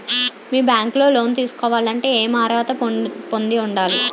మీ bank లో loan తీసుకోవాలంటే ఎం అర్హత పొంది ఉండాలి?